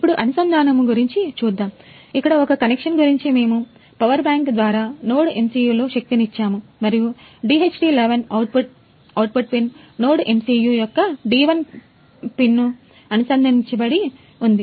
ఇప్పుడు అనుసంధానము గురించి చూద్దాము ఇక్కడ ఒక కనెక్షన్ గురించి మేము పవర్ బ్యాంక్ ద్వారా నోడ్ఎంసియుకు పంపుతోంది